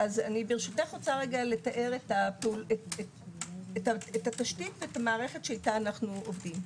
ברשותך אני רוצה לתאר את התשתית ואת המערכת שאיתה אנו עובדים.